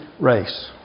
race